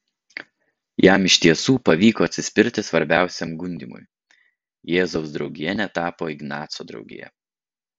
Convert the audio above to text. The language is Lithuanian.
jam iš tiesų pavyko atsispirti svarbiausiam gundymui jėzaus draugija netapo ignaco draugija